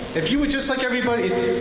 if you were just like everybody,